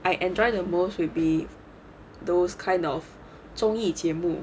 I enjoy the most will be those kind of 综艺节目